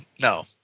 no